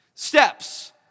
steps